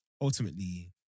Ultimately